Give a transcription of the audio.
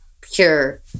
pure